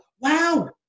wow